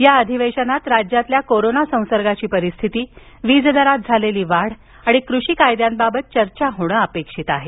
या अधिवेशनात राज्यातील कोरोना संसर्गाची परिस्थिती वीजदरात झालेली वाढ आणि कृषी कायद्यांबाबत चर्चा होणे अपेक्षित आहे